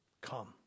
Come